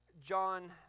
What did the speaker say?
John